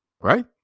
right